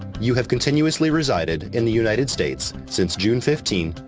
you have continuously resided in the united states since june fifteen,